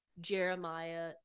Jeremiah